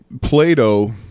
Plato